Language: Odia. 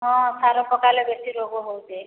ହଁ ସାର ପକାଇଲେ ବେଶୀ ରୋଗ ହେଉଛି